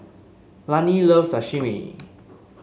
Lani loves Sashimi